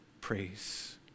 praise